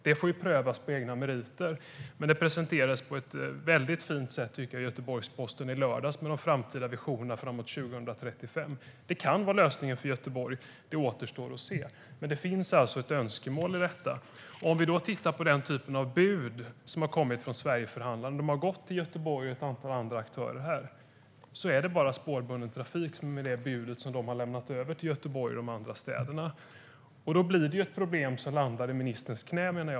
Detta får prövas på egna meriter. De framtida visionerna fram till 2035 presenterades på ett väldigt fint sätt, tycker jag, i Göteborgs-Posten i lördags. Det kan vara lösningen för Göteborg, men det återstår att se. Det finns alltså ett önskemål om detta. Den typen av bud som har kommit från Sverigeförhandlingen till Göteborg och andra aktörer avser bara spårbunden trafik. Då blir det ett problem som landar i ministerns knä.